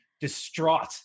distraught